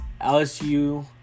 LSU